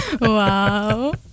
Wow